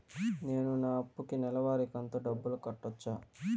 నేను నా అప్పుకి నెలవారి కంతు డబ్బులు కట్టొచ్చా?